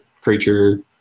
creature